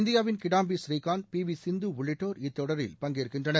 இந்தியாவின் Kidambi Srikanth P V Sindhu உள்ளிட்டோர் இத்தொடரில் பங்கேற்கின்றனர்